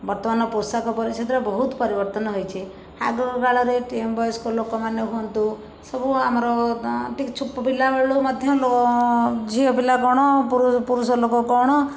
ବର୍ତ୍ତମାନ ପୋଷାକ ପରିଚ୍ଛେଦରେ ବହୁତ ପରିବର୍ତ୍ତନ ହେଇଛି ଆଗ କାଳରେ ଟି ବୟସ୍କ ଲୋକମାନେ ହୁଅନ୍ତୁ ସବୁ ଆମର ଟିକ ଛୋଟ ପିଲାବେଳୁ ମଧ୍ୟ ଲୋ ଝିଅ ପିଲା କ'ଣ ପୁରୁ ପୁରୁଷ ଲୋକ କ'ଣ